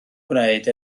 gwneud